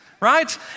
Right